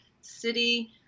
city